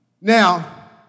Now